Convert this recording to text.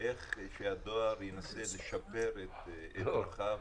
איך הדואר ינסה לשפר את דרכיו?